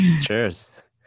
Cheers